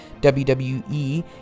WWE